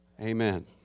Amen